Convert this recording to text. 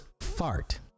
fart